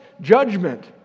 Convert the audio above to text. judgment